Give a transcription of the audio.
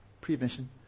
Pre-admission